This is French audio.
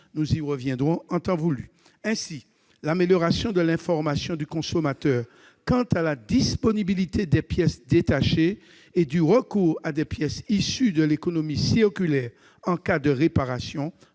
nous y reviendrons en temps voulu. Ainsi, l'amélioration de l'information du consommateur quant à la disponibilité des pièces détachées et du recours à des pièces issues de l'économie circulaire en cas de réparation